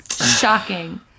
shocking